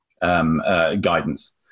guidance